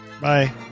Bye